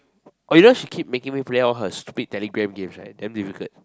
or you just keep making me play all her Telegram games right very difficult